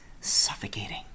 suffocating